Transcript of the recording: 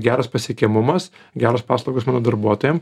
geras pasiekiamumas geros paslaugos mano darbuotojam